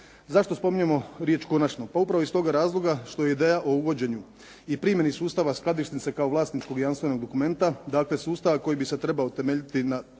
Zašto spominjemo riječ konačno? Pa upravo iz tog razloga što ideja o uvođenju i primjeni sustava skladišnice kao vlasničkog jamstvenog dokumenta dakle, sustava koji bi se trebao temeljiti na